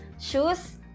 shoes